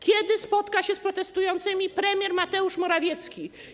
Kiedy spotka się z protestującymi premier Mateusz Morawiecki?